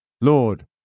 Lord